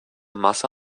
masse